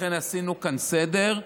ולכן עשינו כאן סדר.